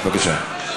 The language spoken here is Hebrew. בבקשה.